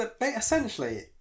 essentially